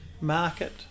market